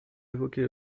évoquer